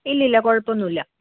ഇല്ലില്ല കുഴപ്പമൊന്നുമില്ല